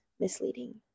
Misleading